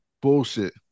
Bullshit